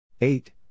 eight